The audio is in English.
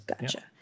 Gotcha